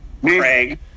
Craig